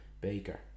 Baker